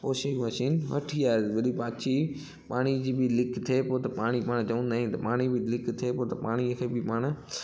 washing machine वठी आयुसि वरी पाछी मशीन पाणी जी बि लीक थिए पोइ त पाणी पाणि चवंदा आहियूं त पाणी बि लीक थिए पोइ त पाणीअ खे बि पाणि